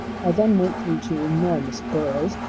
i then went through two enormous boroughs,